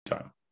time